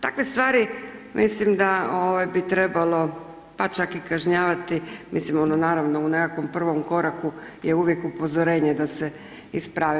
Takve stvari, mislim da bi trebalo pa čak i kažnjavati, mislim, naravno u nekakvom prvom koraku, je uvijek upozorenje da se isprave.